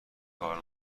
کار